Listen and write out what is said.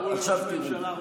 היינו יחד.